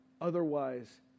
otherwise